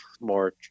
more